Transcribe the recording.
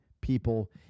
people